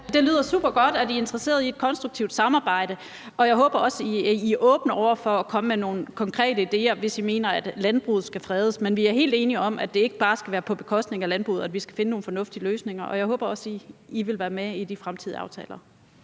lyder supergodt, at I er interesseret i et konstruktivt samarbejde, og jeg håber også, at I er åbne over for at komme med nogle konkrete idéer, hvis I mener, at landbruget skal fredes. Men vi er helt enige om, at det ikke bare skal være på bekostning af landbruget, men at vi skal finde nogle fornuftige løsninger. Jeg håber også, at I vil være med i de fremtidige aftaler.